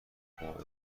باعث